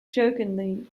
jokingly